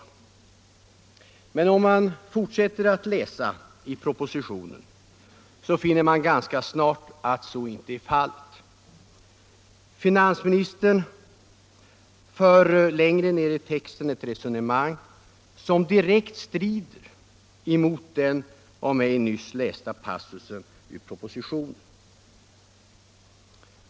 Men om man fort 12 mars 1975 sätter att läsa i propositionen finner man ganska snart att så inte är fallet. == Finansministern för längre ner i texten ett resonemang som direkt strider — Förvärv av aktier i mot den av mig nyss lästa passusen.